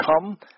come